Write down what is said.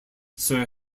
sir